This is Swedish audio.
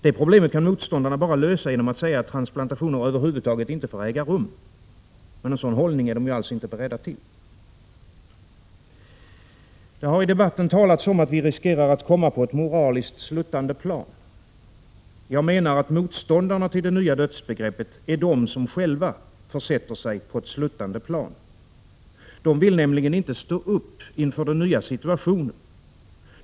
Det problemet kan motståndarna bara lösa genom att säga att transplantationer över huvud taget inte får äga rum — men en sådan hållning är de alls inte beredda till. Det har i debatten talats om att vi riskerar att komma på ett moraliskt sluttande plan. Jag menar att motståndarna till det nya dödsbegreppet är de som själva försätter sig på ett sluttande plan. De vill nämligen inte stå upp inför den nya situationen.